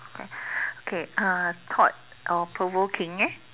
okay okay uh thought or provoking eh